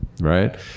right